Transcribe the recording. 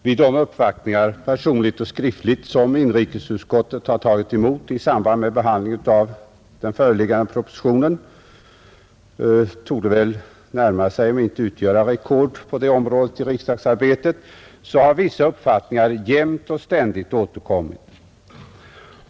Herr talman! Vid de många uppvaktniingar, personliga och skriftliga, som gjorts hos inrikesutskottet i samband med behandlingen av den föreliggande propositionen och som torde närma sig eller rent av vara rekord på detta område i riksdagen, har vissa uppfattningar jämt och ständigt återkommit.